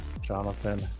Jonathan